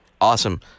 Awesome